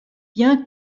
bien